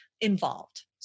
involved